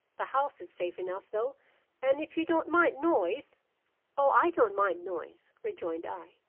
the house is safe enough though and if you don't mind noise o i don't mind noise rejoined i,